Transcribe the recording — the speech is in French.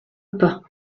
pas